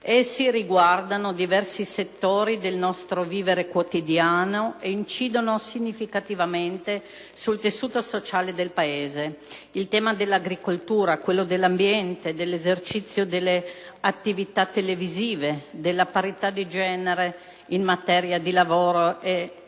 Essi riguardano diversi settori del nostro vivere quotidiano ed incidono significativamente sul tessuto sociale del Paese. Cito, ad esempio, i temi dell'agricoltura, dell'ambiente, dell'esercizio delle attività televisive e della parità di genere in materia di lavoro.